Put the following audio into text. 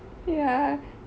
ya